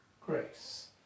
Grace